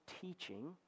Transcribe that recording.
teaching